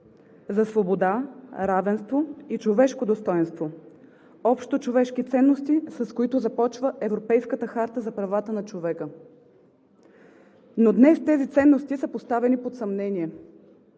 за свобода, равенство и човешко достойнство – общочовешки ценности, с които започва Европейската харта за правата на човека. Но днес тези ценности са поставени под съмнение.